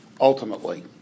ultimately